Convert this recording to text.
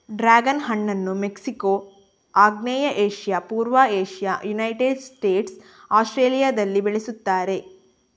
dragon ಹಣ್ಣನ್ನು Mexico, ಆಗ್ನೇಯ Asia, ಪೂರ್ವ ಏಷ್ಯಾ, ಯುನೈಟೆಡ್ ಸ್ಟೇಟ್ಸ್, ಆಸ್ಟ್ರೇಲಿಯಾದಲ್ಲಿ ಬೆಳೆಸುತ್ತಾರೆ